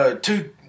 two